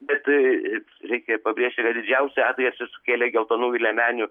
bet tai reikia pabrėžti kad didžiausią atgarsį sukėlė geltonųjų liemenių